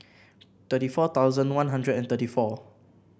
thirty four thousand One Hundred and thirty four